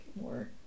more